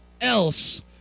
else